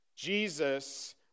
Jesus